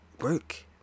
work